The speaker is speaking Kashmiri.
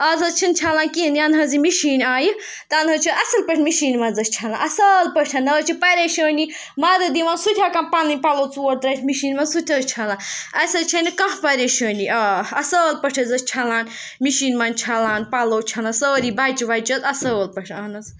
اَز حظ چھِنہٕ چھَلان کِہیٖنۍ یَنہٕ حظ یہِ مِشیٖن آیہِ تَنہٕ حظ چھِ اَصٕل پٲٹھۍ مِشیٖن منٛز أسۍ چھَلان اَصٕل پٲٹھۍ نہ حظ چھِ پریشٲنی مَرٕد یِوان سُہ تہِ ہیٚکان پَنٕنۍ پَلو ژور ترٛٲوِتھ مِشیٖن منٛز سُہ تہِ حظ چھَلان اَسہِ حظ چھے نہٕ کانٛہہ پریشٲنی آ اَصٕل پٲٹھۍ حظ ٲسۍ چھَلان مِشیٖن منٛز چھَلان پَلو چھِ اَنان سٲری بَچہِ وَچہِ حظ اَصٕل پٲٹھۍ اہن حظ